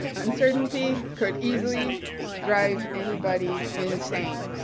uncertainty could easily drive anybody insane.